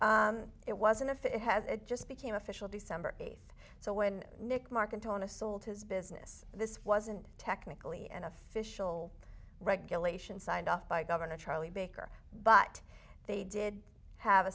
it wasn't if it has it just became official december eighth so when nick marcantonio sold his business this wasn't technically an official regulation signed off by governor charlie baker but they did have a